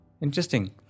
Interesting